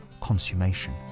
consummation